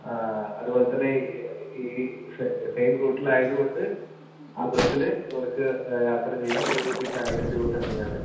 അ അതുപോലെ തന്നെ ഈ സെയിം റൂട്ടിൽ ആയതുകൊണ്ട് ആ ബസില് ഇവർക്ക് യാത്ര ചെയ്യാം ഒരു കുട്ടിക്ക് ആയിരം രൂപ തന്നെ ആണ്